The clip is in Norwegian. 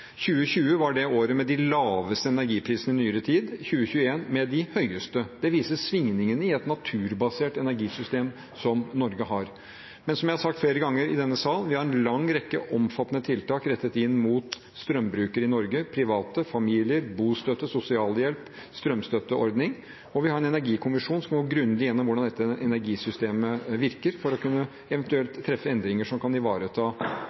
2020 var det året med de laveste energiprisene i nyere tid, 2021 var året med de høyeste. Det viser svingningene i et naturbasert energisystem, som det Norge har. Men som jeg har sagt flere ganger i denne salen, har vi en lang rekke omfattende tiltak som er rettet inn mot strømbrukere i Norge, private, familier: bostøtte, sosialhjelp, strømstøtteordning. Vi har også en energikommisjon som går grundig igjennom hvordan dette energisystemet virker, for eventuelt å foreta endringer som kan ivareta